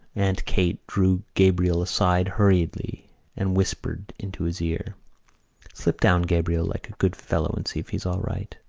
aunt kate drew gabriel aside hurriedly and whispered into his ear slip down, gabriel, like a good fellow and see if he's all right,